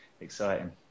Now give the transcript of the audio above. exciting